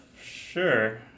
Sure